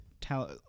tell